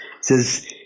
says